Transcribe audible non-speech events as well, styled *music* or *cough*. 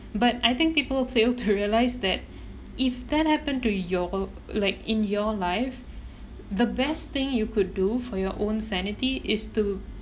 but I think people fail *laughs* to realise that if that happen to your like in your life the best thing you could do for your own sanity is to